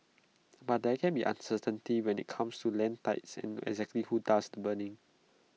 but there can be uncertainty when IT comes to land titles and exactly who does the burning